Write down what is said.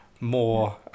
more